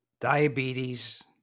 diabetes